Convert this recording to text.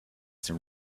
some